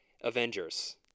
avengers